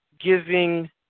giving